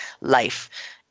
life